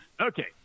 Okay